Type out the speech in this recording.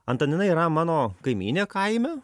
antanina yra mano kaimynė kaime